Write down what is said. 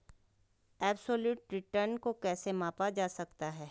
Absolute return को कैसे मापा जा सकता है?